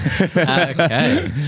Okay